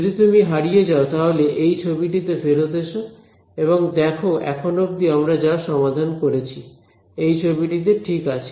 যদি তুমি হারিয়ে যাও তাহলে এই ছবিটিতে ফেরত এস এবং দেখো এখন অব্দি আমরা যা সমাধান করেছি এই ছবিটিতে ঠিক আছে